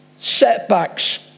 setbacks